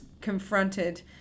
confronted